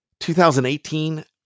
2018